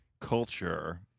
culture